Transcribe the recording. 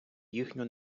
їхню